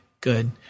Good